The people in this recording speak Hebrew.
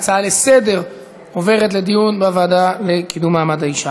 להצעה לסדר-היום ולהעביר את הנושא לוועדה לקידום מעמד האישה